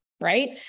right